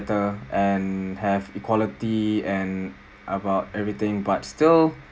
mattter and have equality and about everything but still